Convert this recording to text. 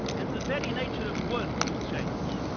and the very nature of work will change.